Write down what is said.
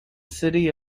city